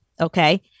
Okay